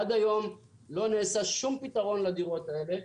עד היום לא ניתן שום פתרון לדירות האלה.